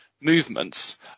movements